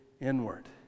inward